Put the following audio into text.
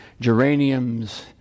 geraniums